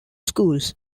schools